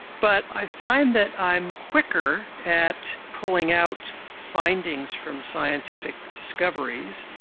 but i find that i'm quicker at pulling out findings from scientific discoveries,